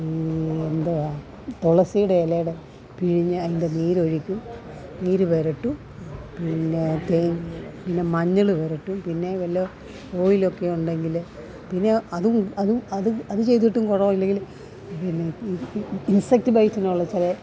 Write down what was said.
ഈ എന്തുവാ തുളസിയുടെ ഇലയുടെ പിഴിഞ്ഞ് അതിൻ്റെ നീരൊഴിക്കും നീര് പെരട്ടും പിന്നെ തേൻ പിന്നെ മഞ്ഞള് പെരട്ടും പിന്നെ വല്ലോം ഓയിലൊക്കെ ഉണ്ടെങ്കില് പിന്നെ അതും അതും അതും അതുചെയ്തിട്ടും കൊണമില്ലെങ്കിൽ ഇൻസെക്റ്റ് ബൈറ്റിനുള്ള ചില